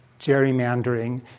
gerrymandering